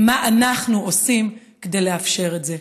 מה אנחנו עושים כדי לאפשר את זה?